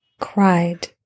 cried